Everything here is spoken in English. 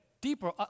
deeper